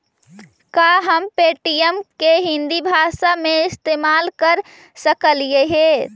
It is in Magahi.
का हम पे.टी.एम के हिन्दी भाषा में इस्तेमाल कर सकलियई हे?